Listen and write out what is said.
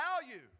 value